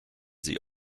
sie